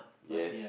yes